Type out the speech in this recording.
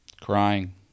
crying